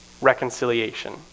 reconciliation